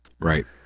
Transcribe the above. Right